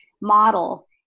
model